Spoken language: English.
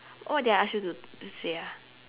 what did I ask you to to say ah